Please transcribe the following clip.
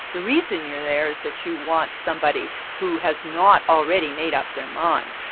the reason you're there is that you want somebody who has not already made up their mind.